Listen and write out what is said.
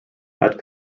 had